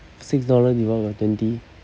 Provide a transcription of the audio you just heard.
six dollar divide by twenty